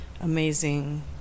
amazing